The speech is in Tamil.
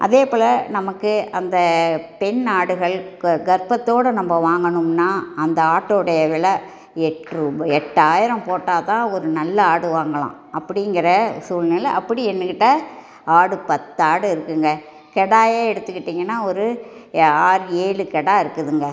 அதே போல நமக்கு அந்த பெண் ஆடுகள் கர்ப்பத்தோட நம்ம வாங்குனோம்னா அந்த ஆட்டோட விலை எட்டு ரூபாய் எட்டாயிரம் போட்டால் தான் ஒரு நல்ல ஆடு வாங்கலாம் அப்படிங்கிற சூழ்நிலை அப்படி என்கிட்ட ஆடு பத்து ஆடு இருக்குதுங்க கிடாயே எடுத்துகிட்டீங்கன்னால் ஒரு ஆறு ஏழு கிடா இருக்குதுங்க